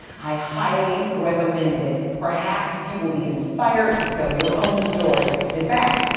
i highly recommend it. perhaps you will be inspired to tell your own story. in fact,